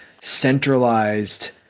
centralized